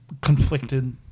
conflicted